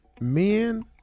Men